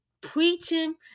preaching